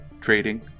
trading